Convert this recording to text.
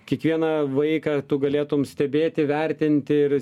kiekvieną vaiką tu galėtum stebėti vertinti ir